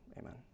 Amen